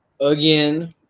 again